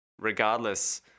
regardless